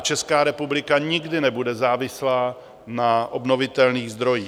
Česká republika nikdy nebude závislá na obnovitelných zdrojích.